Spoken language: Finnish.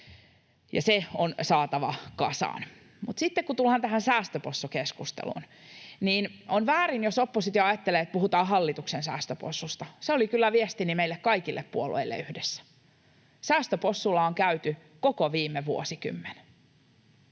se on saatava kasaan. Mutta sitten kun tullaan tähän säästöpossukeskusteluun, niin on väärin, jos oppositio ajattelee, että puhutaan hallituksen säästöpossusta. Se oli kyllä viestini meille kaikille puolueille yhdessä. Säästöpossulla on käyty koko viime vuosikymmen.